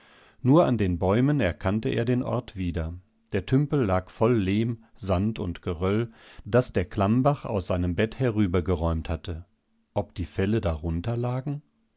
nur an den bäumen erkannte er den ort wieder der tümpel lag voll lehm sand und geröll das der klammbach aus seinem bett herübergeräumt hatte ob die felle darunterlagen